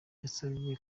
yasabye